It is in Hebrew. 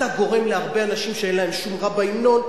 אתה גורם להרבה אנשים שאין להם שום רע בהמנון,